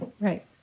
Right